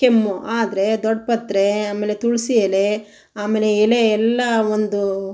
ಕೆಮ್ಮು ಆದರೆ ದೊಡ್ಡಪತ್ರೆ ಆಮೇಲೆ ತುಳಸಿ ಎಲೆ ಆಮೇಲೆ ಎಲೆ ಎಲ್ಲ ಒಂದು